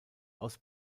aus